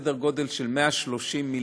סדר גודל של 130 מיליארד,